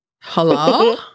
Hello